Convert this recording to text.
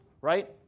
right